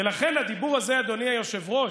ולכן הדיבור הזה, אדוני היושב-ראש,